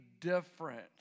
different